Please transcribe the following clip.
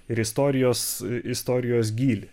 ir istorijos istorijos gylį